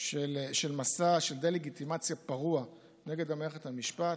של מסע דה-לגיטימציה פרוע נגד מערכת המשפט,